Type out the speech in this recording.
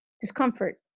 discomfort